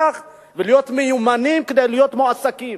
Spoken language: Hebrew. ולהיות מיומנים כדי להיות מועסקים?